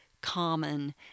common